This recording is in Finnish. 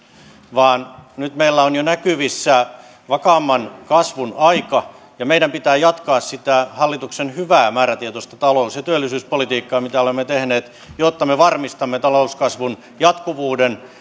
vaan nyt meillä on jo näkyvissä vakaamman kasvun aika meidän pitää jatkaa sitä hallituksen hyvää määrätietoista talous ja työllisyyspolitiikkaa mitä olemme tehneet jotta me varmistamme talouskasvun jatkuvuuden